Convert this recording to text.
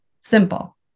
simple